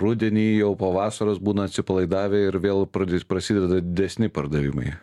rudenį jau po vasaros būna atsipalaidavę ir vėl pradės prasideda didesni pardavimai